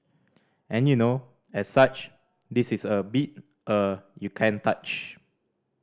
and you know as such this is a beat uh you can't touch